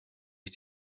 ich